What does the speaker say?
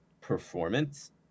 performance